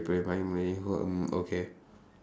replying me hmm okay